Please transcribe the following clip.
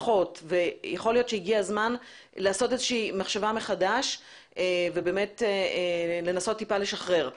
משפחות ויכול להיות שהגיע הזמן לעשות מחשבה מחדש ולנסות לשחרר קצת.